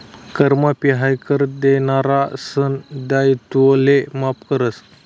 कर माफी हायी कर देनारासना दायित्वले माफ करस